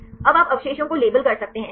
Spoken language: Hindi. अब आप अवशेषों को लेबल कर सकते हैं सही